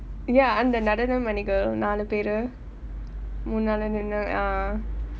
ya அந்த நடனமணிகள் நாலு பேர் மூணு நாளா நின்னாங்க:antha nadanamanikal naalu paer moonu naalaa ninnanga